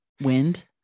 wind